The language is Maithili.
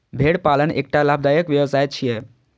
भेड़ पालन एकटा लाभदायक व्यवसाय छियै